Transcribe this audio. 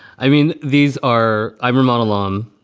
i mean, these are i'm vermont alone,